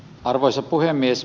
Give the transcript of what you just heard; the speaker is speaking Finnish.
arvoisa puhemies